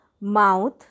mouth